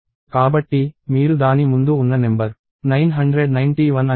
కాబట్టి మీరు దాని ముందు ఉన్న నెంబర్ 991 అని ధృవీకరించవచ్చు